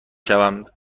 شوم